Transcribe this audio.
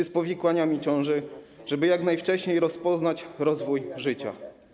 czy z powikłaniami ciąży, żeby jak najwcześniej rozpoznać rozwój życia.